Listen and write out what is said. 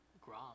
Grom